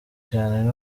cyane